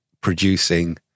producing